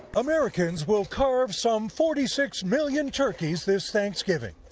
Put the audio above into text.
americans will carve some forty six million turkeys this thanksgiving,